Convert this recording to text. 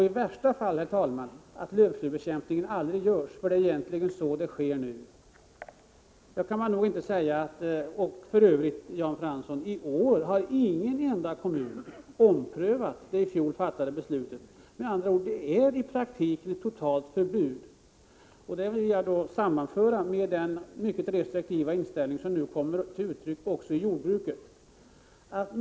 I värsta fall utförs ingen lövslybekämpning alls — och det är egentligen det som sker nu. För övrigt: I år har ingen enda kommun omprövat sina i fjol fattade beslut. Med andra ord: Det råder i praktiken ett totalförbud. Det vill jag sätta i samband med den mycket restriktiva inställning som nu kommer till uttryck också inom jordbruket.